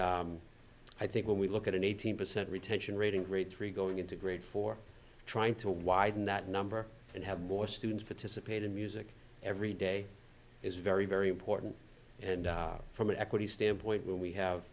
i think when we look at an eighteen percent retention rating grade three going into grade four trying to widen that number and have more students participate in music every day is very very important and from an equity standpoint when we have